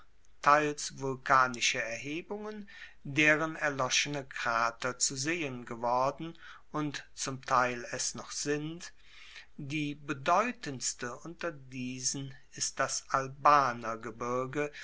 teils vulkanische erhebungen deren erloschene krater zu seen geworden und zum teil es noch sind die bedeutendste unter diesen ist das albaner gebirge